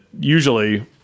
usually